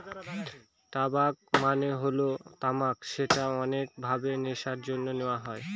টবাক মানে হল তামাক যেটা অনেক ভাবে নেশার জন্যে নেওয়া হয়